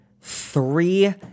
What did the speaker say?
three